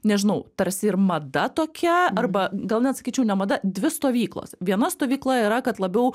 nežinau tarsi ir mada tokia arba gal net sakyčiau ne mada dvi stovyklos viena stovykla yra kad labiau